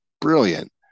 brilliant